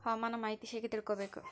ಹವಾಮಾನದ ಮಾಹಿತಿ ಹೇಗೆ ತಿಳಕೊಬೇಕು?